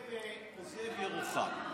מודה ועוזב ירוחם.